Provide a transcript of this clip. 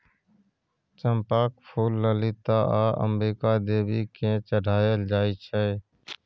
चंपाक फुल ललिता आ अंबिका देवी केँ चढ़ाएल जाइ छै